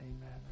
amen